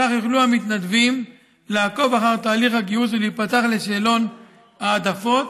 כך יוכלו המתנדבים לעקוב אחר תהליך הגיוס ולהיפתח לשאלון העדפות